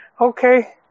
Okay